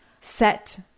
set